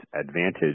advantage